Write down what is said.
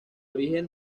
origen